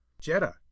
Jetta